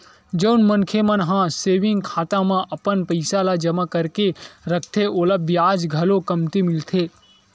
जउन मनखे मन ह सेविंग खाता म अपन पइसा ल जमा करके रखथे ओला बियाज घलो कमती मिलथे